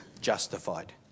justified